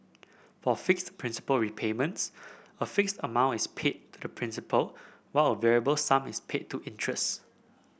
for fixed principal repayments a fixed amount is paid to principal while a variable sum is paid to interest